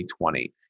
2020